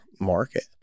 market